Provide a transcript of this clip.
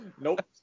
Nope